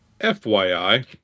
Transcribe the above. FYI